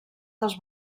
dels